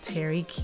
Terry